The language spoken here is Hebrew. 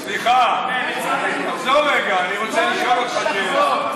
סליחה, תחזור רגע, אני רוצה לשאול אותך שאלה,